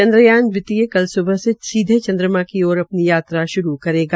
चनद्रयान द्वितीय कल सुबह में सीधे चन्द्रमा की ओर अपनी यात्रा श्रू करेगा